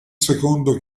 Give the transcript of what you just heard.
secondo